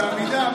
בעמידה,